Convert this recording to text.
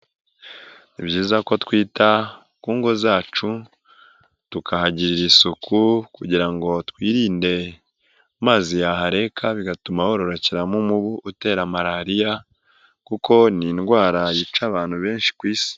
Ni byiza ko twita ku ngo zacu tukahagirira isuku, kugira ngo twirinde amazi yahareka bigatuma hororokeramo umubu utera malariya kuko ni indwara yica abantu benshi ku isi.